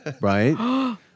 right